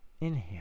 Inhale